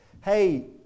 Hey